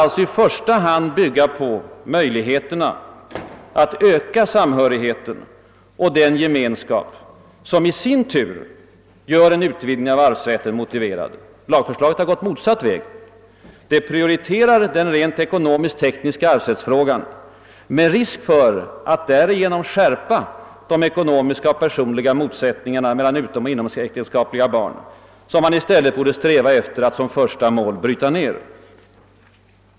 alltså i första hand bygga på att öka möjligheterna för den samhörighet och den gemenskap som i sin tur gör en utvidgning av arvsrätten. motiverad. De som utarbetat lagförslaget har gått motsatt väg. Förslaget prioriterar den rent ekonomisk-tekniska 'arvsrättsfrågan - med risk för att därigenom skärpa de ekonomiska och personliga motsättningarna mellan utomoch inomäktenskapliga barn, som man i stället borde sträva efter att som ett första mål bryta ner.